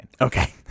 Okay